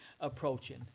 approaching